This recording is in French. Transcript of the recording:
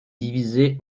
divisé